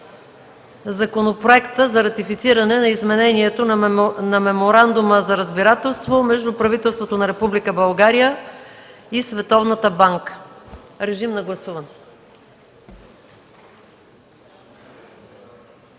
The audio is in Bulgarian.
Законопроекта за ратифициране на изменението на Меморандума за разбирателство между правителството на Република България и Световната банка. Моля, гласувайте.